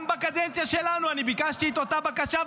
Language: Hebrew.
גם בקדנציה שלנו ביקשתי את אותה בקשה,